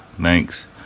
thanks